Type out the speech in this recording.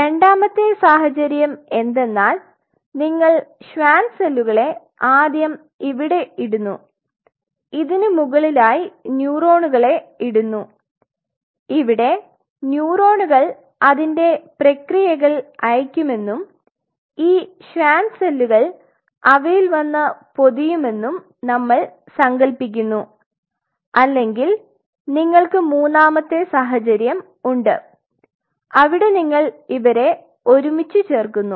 രണ്ടാമത്തെ സാഹചര്യം എന്തെന്നാൽ നിങ്ങൾ ഷ്വാൻ സെല്ലുകളെ ആദ്യം ഇവിടെ ഇടുന്നു അതിനു മുകളിലായി ന്യൂറോണുകളെ ഇടുന്നു ഇവിടെ ന്യൂറോണുകൾ അതിന്റെ പ്രക്രിയകൾ അയയ്ക്കുമെന്നും ഈ ഷ്വാൻ സെല്ലുകൾ അവയിൽ വന്നു പൊതിയുമെന്നും നമ്മൾ സങ്കൽപ്പിക്കുന്നു അല്ലെങ്കിൽ നിങ്ങൾക്ക് മൂന്നാമത്തെ സാഹചര്യം ഉണ്ട് അവിടെ നിങ്ങൾ ഇവരെ ഒരുമിച്ച് ചേർക്കുന്നു